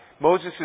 Moses